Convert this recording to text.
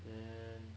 then